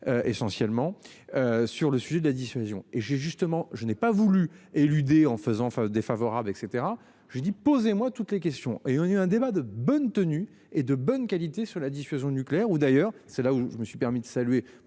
Essentiellement. Sur le sujet de la dissuasion et j'ai justement je n'ai pas voulu éluder en faisant face défavorable et cetera j'ai dit. Posez-moi toutes les questions et on a eu un débat de bonne tenue et de bonne qualité sur la dissuasion nucléaire ou d'ailleurs c'est là où je me suis permis de saluer